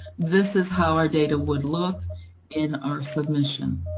this is how our data would look in our submission.